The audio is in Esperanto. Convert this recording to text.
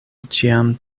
ĉiam